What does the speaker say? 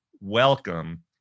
welcome